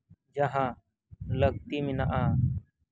ᱡᱟᱦᱟᱸ ᱞᱟᱹᱠᱛᱤ ᱢᱮᱱᱟᱜᱼᱟ